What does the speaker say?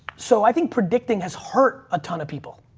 so i think predicting has hurt a ton of people.